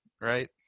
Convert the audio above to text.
right